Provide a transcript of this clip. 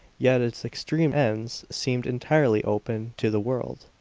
yet its extreme ends seemed entirely open to the world.